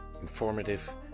informative